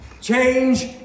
change